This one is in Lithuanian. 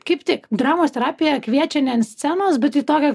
kaip tik dramos terapija kviečia ne ant scenos bet į tokią